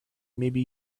maybe